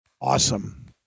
Awesome